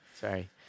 Sorry